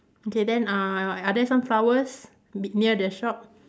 okay then uh are there sunflowers b~ near the shop